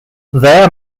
there